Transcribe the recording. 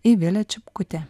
aivilė čipkutė